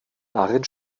darin